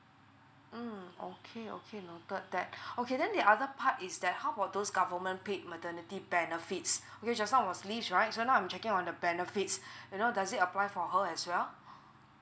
mm okay okay noted that okay then the other part is that how about those government paid maternity benefits okay just now was leave right so now I'm checking on the benefits you know does it apply for her as well